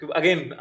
again